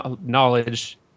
knowledge